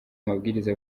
amabwiriza